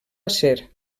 acer